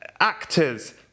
actors